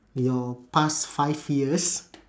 your past five years